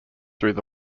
through